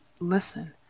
listen